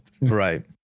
right